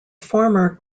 former